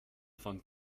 von